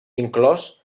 inclòs